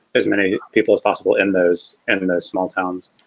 as many people as possible in those and and those small towns.